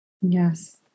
Yes